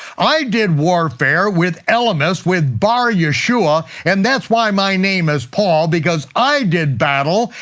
i did warfare with elymas, with bar-yeshua, and that's why my name is paul, because i did battle,